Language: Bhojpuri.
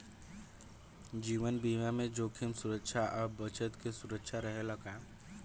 जीवन बीमा में जोखिम सुरक्षा आ बचत के सुविधा रहेला का?